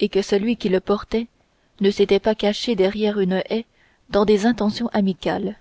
et que celui qui le portait ne s'était pas caché derrière une haie dans des intentions amicales